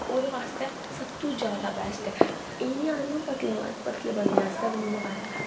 ओह्दे वास्तै सब तो ज्यादा बैस्ट ऐ एह् नेईं आखदी अ'ऊं पतले पतले बंदे आस्तै बी नेईं ऐ बैस्ट